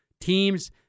teams